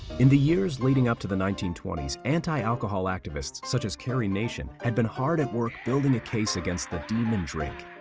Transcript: in the years leading up to the nineteen twenty s, antialcohol activists, such as carrie nation, had been hard at work building a case against the demon drink,